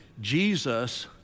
Jesus